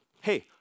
hey